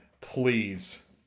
Please